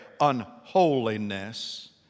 unholiness